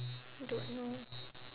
don't know